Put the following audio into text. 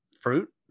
fruit